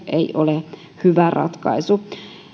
ei ole hyvä ratkaisu